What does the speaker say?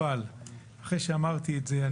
אבל אחרי שאמרתי את זה,